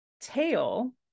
tail